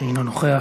אינו נוכח.